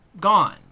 Gone